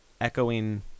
echoing